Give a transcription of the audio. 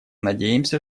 надеемся